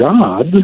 God